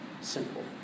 simple